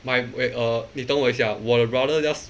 my wait err 你等我一下我的 brother just